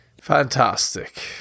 Fantastic